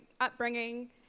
upbringing